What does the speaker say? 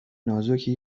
نازکی